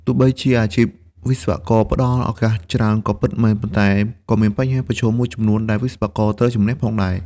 ទោះបីជាអាជីពវិស្វករផ្តល់ឱកាសច្រើនក៏ពិតមែន ប៉ុន្តែក៏មានបញ្ហាប្រឈមមួយចំនួនដែលវិស្វករត្រូវជម្នះផងដែរ។